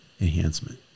enhancement